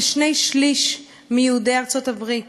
כשני-שלישים מיהודי ארצות-הברית